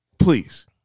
Please